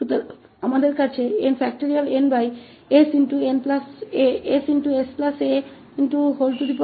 तो हमारे पास 𝑛